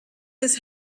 his